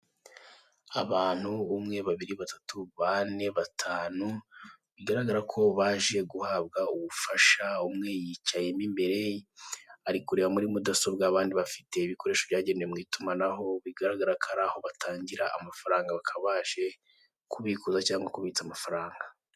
Abantu, umwe, babiri, batatu, bane, batanu, bigaragara ko baje guhabwa ubufasha, umwe yicaye mo imbere, ari kureba muri mudasobwa abandi bafite bikoresho byagenewe mu itumanaho, bigaragara ko ari aho batangira amafaranga, bakaba baje kubikuza cyangwa kubitsa amafaranga.